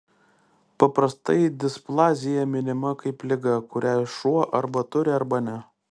paprastai displazija minima kaip liga kurią šuo arba turi arba ne